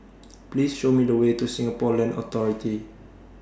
Please Show Me The Way to Singapore Land Authority